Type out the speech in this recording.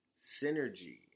synergy